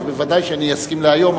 אז ודאי שאני אסכים לזה היום.